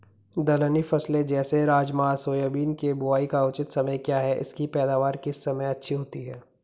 दलहनी फसलें जैसे राजमा सोयाबीन के बुआई का उचित समय क्या है इसकी पैदावार किस समय अच्छी होती है?